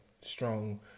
strong